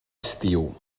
estiu